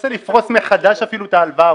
--- רוצה לפרוס מחדש, אפילו, את ההלוואה.